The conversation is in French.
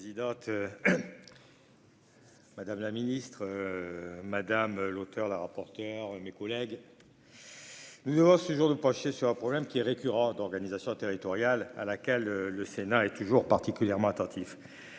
Madame la présidente. Madame la ministre. Madame l'auteur la rapporteure mes collègues. Le nouveau séjour de pencher sur un problème qui est récurrent d'organisation territoriale à laquelle le Sénat est toujours particulièrement attentifs.